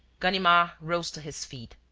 ganimard rose to his feet,